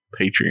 Patreon